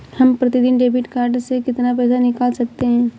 हम प्रतिदिन debit card से कितना पैसा निकाल सकते हैं?